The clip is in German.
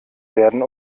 werden